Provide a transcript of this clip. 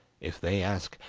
if they ask,